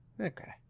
Okay